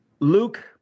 Luke